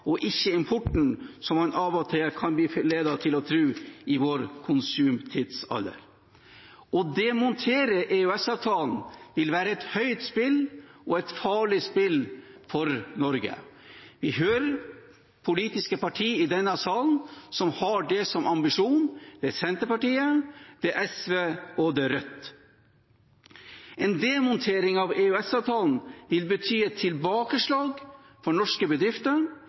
ikke importen, som man av og til kan bli ledet til å tro i vår konsumtidsalder. Å demontere EØS-avtalen vil være et høyt spill og et farlig spill for Norge. Vi hører politiske parti i denne salen som har det som ambisjon: Det er Senterpartiet, det er SV, og det er Rødt. En demontering av EØS-avtalen vil bety et tilbakeslag for norske bedrifter,